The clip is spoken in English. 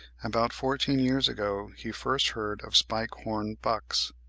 about fourteen years ago he first heard of spike-horn bucks.